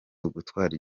ugutwara